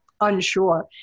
unsure